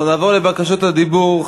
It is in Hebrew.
אנחנו נעבור לבקשות הדיבור.